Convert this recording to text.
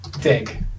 Dig